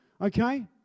Okay